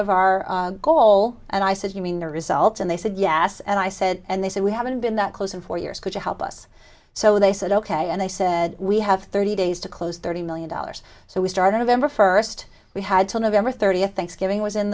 of our goal and i said you mean the results and they said yes and i said and they said we haven't been that close in four years could you help us so they said ok and they said we have thirty days to close thirty million dollars so we started remember first we had till november thirtieth thanksgiving was in